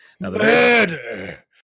Murder